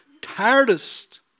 tiredest